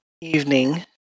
evening